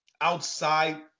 outside